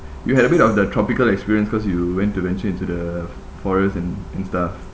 you had a bit of the tropical experience cause you went to differentiate the the forest and and stuff